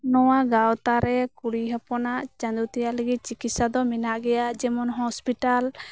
ᱱᱚᱣᱟ ᱜᱟᱶᱛᱟᱨᱮ ᱠᱩᱲᱤ ᱦᱚᱯᱚᱱᱟᱜ ᱪᱟᱸᱫᱳ ᱛᱮᱭᱟᱜ ᱞᱟᱹᱜᱤᱜ ᱪᱤᱠᱤᱥᱥᱟ ᱫᱚ ᱢᱮᱱᱟᱜ ᱜᱮᱭᱟ ᱡᱮᱢᱚᱱ ᱦᱚᱸᱥᱯᱤᱴᱟᱞ